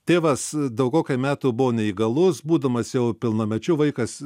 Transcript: tėvas daugokai metų buvo neįgalus būdamas jau pilnamečiu vaikas